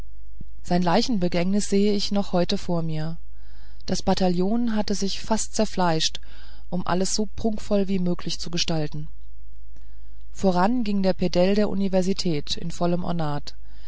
sein leichenbegängnis sehe ich noch heute vor mir das bataillon hatte sich fast zerfleischt um alles so prunkvoll wie möglich zu gestalten voran ging der pedell der universität in vollem ornat